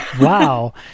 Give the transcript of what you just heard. Wow